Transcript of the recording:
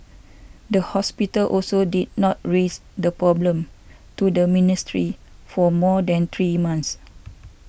the hospital also did not raise the problem to the ministry for more than three months